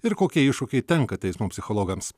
ir kokie iššūkiai tenka teismo psichologams